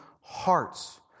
hearts